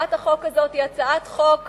הצעת החוק הזאת היא הצעת חוק